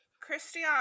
Christian